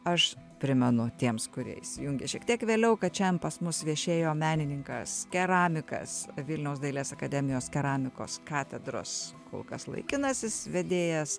aš primenu tiems kurie įsijungė šiek tiek vėliau kad šiandien pas mus viešėjo menininkas keramikas vilniaus dailės akademijos keramikos katedros kol kas laikinasis vedėjas